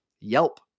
Yelp